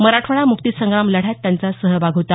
मराठवाडा मुक्तीसंग्राम लढ्यात त्यांचा सहभाग होता